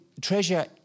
Treasure